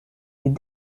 les